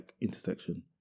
intersection